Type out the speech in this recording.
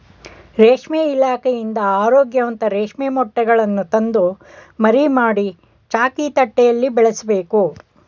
ರೇಷ್ಮೆ ಇಲಾಖೆಯಿಂದ ಆರೋಗ್ಯವಂತ ರೇಷ್ಮೆ ಮೊಟ್ಟೆಗಳನ್ನು ತಂದು ಮರಿ ಮಾಡಿ, ಚಾಕಿ ತಟ್ಟೆಯಲ್ಲಿ ಬೆಳೆಸಬೇಕು